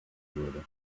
würde